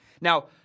Now